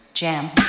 Jam